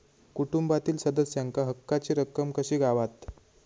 कुटुंबातील सदस्यांका हक्काची रक्कम कशी गावात?